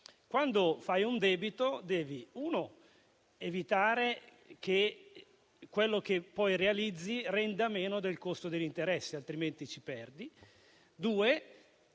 quando fai un debito, devi evitare che quello che realizzi renda meno del costo degli interessi, altrimenti ci perdi,